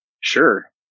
Sure